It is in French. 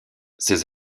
ces